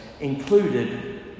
included